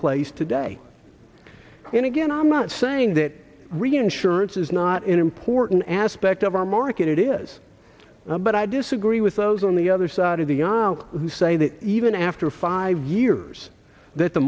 place today and again i'm not saying that reinsurance is not an important aspect of our market it is but i disagree with those on the other side of the aisle who say that even after five years that the